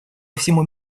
всему